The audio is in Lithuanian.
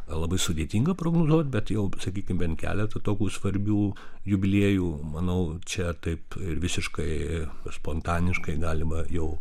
labai sudėtinga prognozuot bet jau pasakykim bent keletą tokių svarbių jubiliejų manau čia taip ir visiškai spontaniškai galima jau